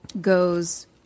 Goes